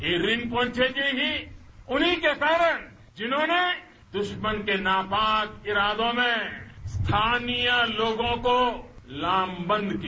ये रिनपोनछे जी ही उन्हीं के कारण जिन्होंने दुश्मन के नापाक इरादों में स्थानीय लोगों को लामबंद किया